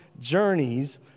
journeys